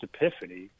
epiphany